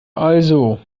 also